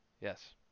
yes